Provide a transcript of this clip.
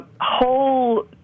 whole